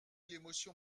l’émotion